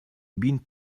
bin